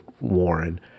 Warren